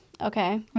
okay